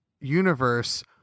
universe